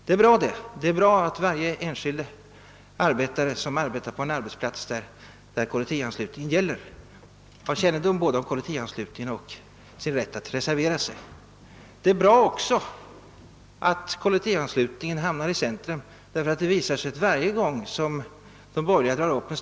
Det är bra att varje medlem i en fackförening där kollektivanslutning tillämpas blir påmind om sin rätt att reservera sig. Det är också bra att kollektivanslutningen hamnar i centrum för intresset på arbetsmarknaden.